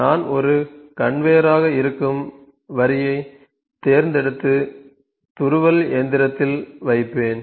நான் ஒரு கன்வேயராக இருக்கும் வரியைத் தேர்ந்தெடுத்து துருவல் இயந்திரத்தில் வைப்பேன்